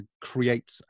create